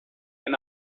and